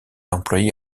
employé